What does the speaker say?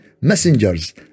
messengers